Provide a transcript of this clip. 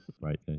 right